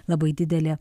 labai didelė